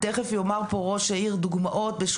תכף ראש העיר יתן פה דוגמאות לתשובות שהוא מקבל בנוגע